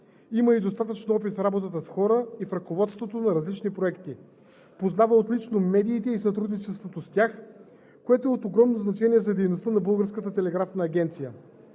Има достатъчно опит в работата с хора и в ръководството на различни проекти. Познава отлично медиите и сътрудничеството с тях, което е от огромно значение за дейността на